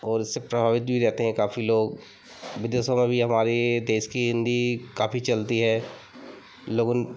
और इससे प्रभावित भी रहते हैं काफ़ी लोग विदेशों में भी हमारे देश की हिन्दी काफी चलती है लोग उन